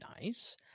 Nice